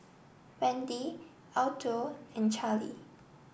Wendy Alto and Charlie